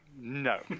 No